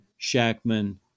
Shackman